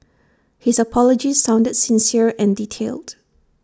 his apology sounded sincere and detailed